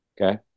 okay